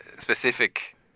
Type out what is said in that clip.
specific